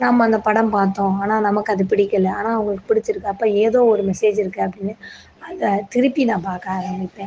நம்ம அந்த படம் பார்த்தோம் ஆனால் நமக்கு அது பிடிக்கலை ஆனால் அவங்களுக்கு பிடிச்சிருக்கு அப்போ ஏதோ ஒரு மெசேஜ் இருக்கு அப்படின்னு அதை திருப்பி நான் பார்க்க ஆரம்மிப்பேன்